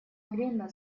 время